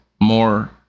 more